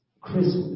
Christmas